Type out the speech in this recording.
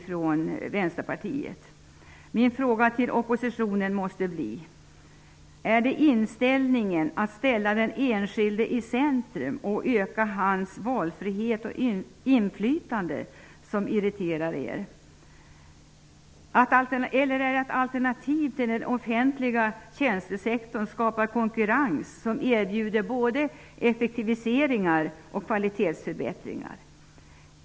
Jag skulle vilja fråga oppositionen: Är det strävandena att ställa den enskilde i centrum och öka hans valfrihet och inflytande som irriterar er? Eller är det det faktum att alternativ till den offentliga tjänstesektorn skapar konkurrens som erbjuder både effektiviseringar och kvalitetsförbättringar?